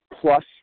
plus